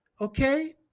Okay